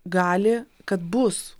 gali kad bus